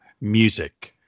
music